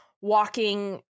walking